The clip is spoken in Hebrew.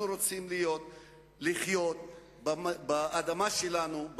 אנחנו רוצים לחיות באדמה שלנו,